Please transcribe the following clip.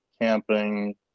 camping